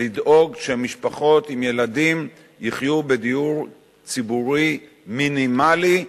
לדאוג שמשפחות עם ילדים יחיו בדיור ציבורי מינימלי,